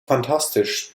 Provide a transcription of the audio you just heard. fantastisch